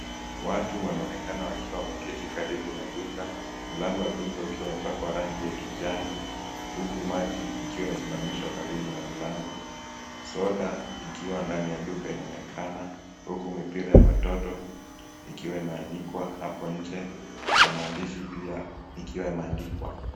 Watu wanaonekana wakiwa wameketi karibu na duka, mlango wa duka ukiwa umepakwa rangi ya kijani huku maji ikiwa imesimamishwa karibu na mlango, soda ikiwa ndani ya duka inaonekana, huku mipira ya watoto ikiwa imeanikwa hapo nje na maandishi pia ikiwa imeandikwa.